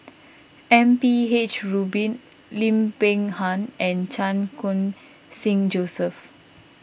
M P H Rubin Lim Peng Han and Chan Khun Sing Joseph